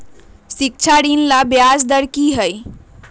शिक्षा ऋण ला ब्याज दर कि हई?